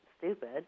stupid